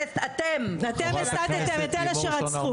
אתם הסתתם את אלה שרצחו.